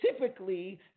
typically